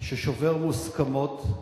ששובר מוסכמות,